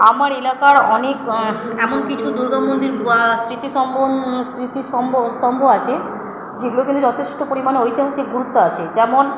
আমার এলাকার অনেক এমন কিছু দুর্গামন্দির স্মৃতি স্মৃতি সম্ভ স্তম্ভ আছে যেগুলো কিন্তু যথেষ্ট পরিমাণে ঐতিহাসিক গুরুত্ব আছে যেমন